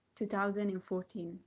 2014